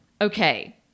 Okay